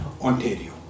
Ontario